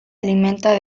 alimentan